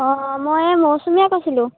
অঁ মই এই মৌচুমীয়ে কৈছিলোঁ